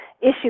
issue